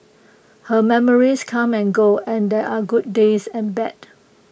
her memories come and go and there are good days and bad